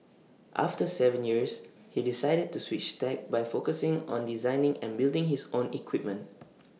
after Seven years he decided to switch tack by focusing on designing and building his own equipment